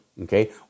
okay